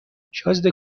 شازده